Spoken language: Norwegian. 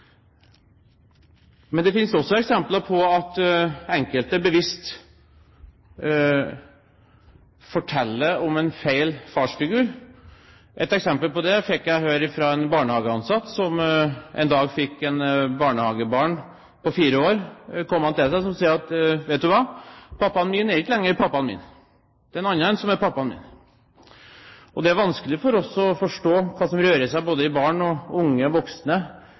Men det finnes også eksempler på at enkelte bevisst forteller om en feil farsfigur. Et eksempel på det fikk jeg høre fra en barnehageansatt som en dag opplevde at et barnehagebarn på fire år kom til ham og sa: Vet du hva, pappaen min er ikke lenger pappaen min. Det er en annen som er pappaen min. Det er vanskelig for oss å forstå hva som rører seg i barn og unge voksne